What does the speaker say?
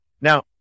Now